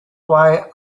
why